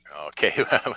Okay